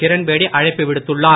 கிரண்பேடி அழைப்பு விடுத்துள்ளார்